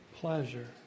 pleasure